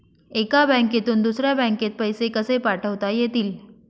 एका बँकेतून दुसऱ्या बँकेत पैसे कसे पाठवता येतील?